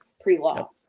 pre-law